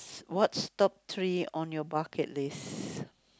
what's top three on your bucket list~